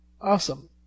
Awesome